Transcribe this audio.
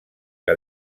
que